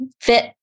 fit